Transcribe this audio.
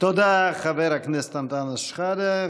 תודה, חבר הכנסת אנטאנס שחאדה.